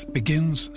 begins